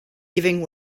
giving